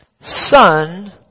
Son